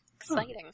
Exciting